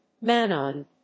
Manon